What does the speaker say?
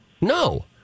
No